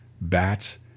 bats